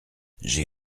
j’ai